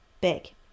big